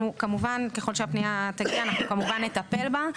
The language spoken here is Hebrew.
ככל שהפנייה תגיע, אנחנו כמובן נטפל בה.